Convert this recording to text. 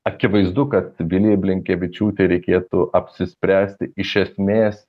akivaizdu kad vilijai blinkevičiūtei reikėtų apsispręsti iš esmės